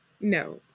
no